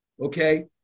Okay